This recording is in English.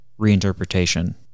reinterpretation